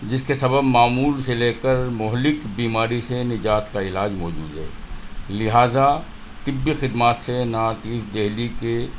جس کے سبب معمول سے لے کر مہلک بیماری سے نجات کا علاج موجود ہے لہٰذا طبی خدمات سے نارتھ ایسٹ دہلی کے